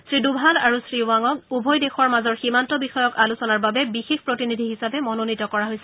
শ্ৰীদোভাল আৰু শ্ৰীবাঙক উভয় দেশৰ মাজৰ সীমান্ত বিষয়ক আলোচনাৰ বাবে বিশেষ প্ৰতিনিধি হিচাপে মনোনীত কৰা হৈছে